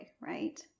right